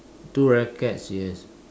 two rackets yes